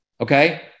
Okay